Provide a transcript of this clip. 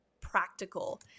practical